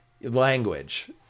language